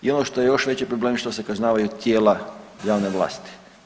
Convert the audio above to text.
I ono što je još veći problem što se kažnjavaju tijela javne vlasti.